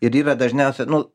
ir yra dažniausia nu